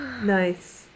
nice